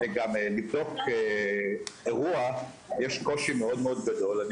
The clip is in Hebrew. גם לבדוק אירוע יש קושי מאוד מאוד גדול.